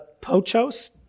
pochos